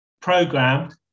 programmed